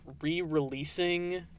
re-releasing